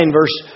verse